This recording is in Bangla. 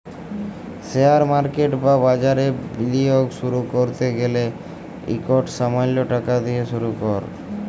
শেয়ার মার্কেট বা বাজারে বিলিয়গ শুরু ক্যরতে গ্যালে ইকট সামাল্য টাকা দিঁয়ে শুরু কর